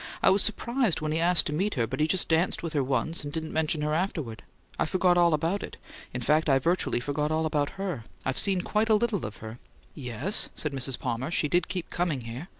i was surprised when he asked to meet her, but he just danced with her once and didn't mention her afterward i forgot all about it in fact, i virtually forgot all about her. i'd seen quite a little of her yes, said mrs. palmer. she did keep coming here!